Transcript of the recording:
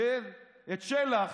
שלח.